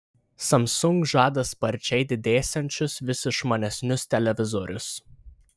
samsung žada sparčiai didėsiančius vis išmanesnius televizorius